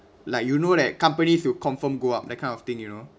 like you know that companies you confirm go up that kind of thing you know